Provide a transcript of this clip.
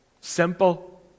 Simple